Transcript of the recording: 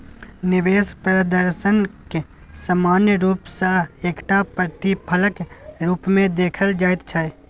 निवेश प्रदर्शनकेँ सामान्य रूप सँ एकटा प्रतिफलक रूपमे देखल जाइत छै